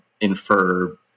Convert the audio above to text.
infer